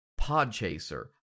PodChaser